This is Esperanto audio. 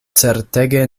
certege